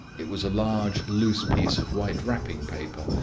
it was a large loose piece of white wrapping paper,